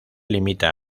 limita